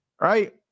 right